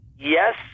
yes